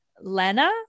Lena